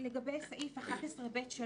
לגבי סעיף 11(ב)(3),